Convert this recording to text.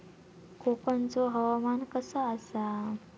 कोकनचो हवामान कसा आसा?